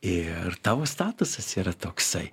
ir tavo statusas yra toksai